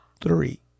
three